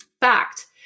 fact